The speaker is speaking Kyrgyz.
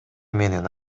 менин